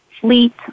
fleet